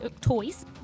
Toys